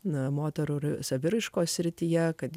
na moterų saviraiškos srityje kad